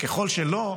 ככל שלא,